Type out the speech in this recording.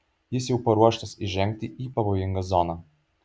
jis jau paruoštas įžengti į pavojingą zoną